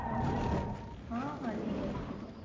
ହଉ ଠିକ୍ ଅଛି ହଁ ହଁ ଠିକ୍ ଅଛି ଠିକ୍ ଅଛି